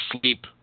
sleep